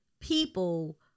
people